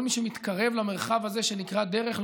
כל מי שמתקרב למרחב הזה שנקרא דרך,